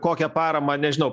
kokią paramą nežinau